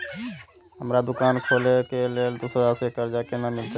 हमरा दुकान खोले के लेल दूसरा से कर्जा केना मिलते?